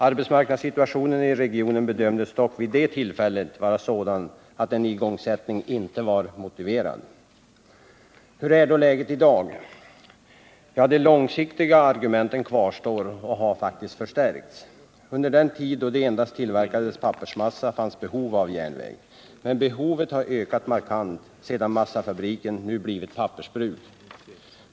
Arbetsmarknadssituationen i regionen bedömdes dock vid det tillfället vara sådan att en igångsättning inte var motiverad. Hur är då läget i dag? De långsiktiga argumenten kvarstår och har faktiskt förstärkts. Under den tid då det endast tillverkades pappersmassa fanns behov av järnväg. Men behovet har ökat markant sedan massafabriken blivit pappersbruk.